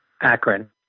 Akron